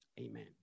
Amen